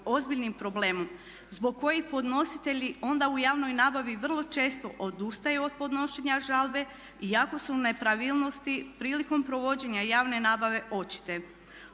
ozbiljnim problemom zbog kojih podnositelji onda u javnoj nabavi vrlo često odustaju od podnošenja žalbe iako su nepravilnosti prilikom provođenja javne nabave očite.